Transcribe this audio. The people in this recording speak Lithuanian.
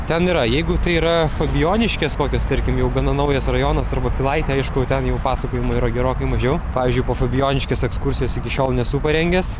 ten yra jeigu tai yra fabijoniškės kokios tarkim jau gana naujas rajonas arba pilaitė aišku ten jau pasakojimų yra gerokai mažiau pavyzdžiui po fabijoniškes ekskursijos iki šiol nesu parengęs